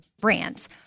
brands